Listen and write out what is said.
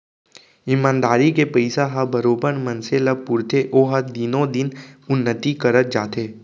ईमानदारी के पइसा ह बरोबर मनसे ल पुरथे ओहा दिनो दिन उन्नति करत जाथे